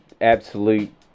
absolute